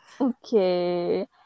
okay